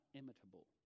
imitable